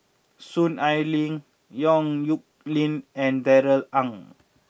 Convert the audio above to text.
Soon Ai Ling Yong Nyuk Lin and Darrell Ang